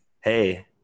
Hey